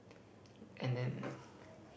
and then